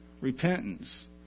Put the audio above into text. repentance